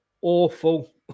awful